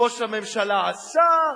ראש הממשלה עשה,